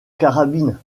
carabine